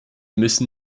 müssen